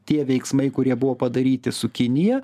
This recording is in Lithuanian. tie veiksmai kurie padaryti su kinija